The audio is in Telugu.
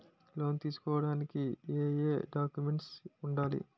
లోన్ తీసుకోడానికి ఏయే డాక్యుమెంట్స్ వుండాలి?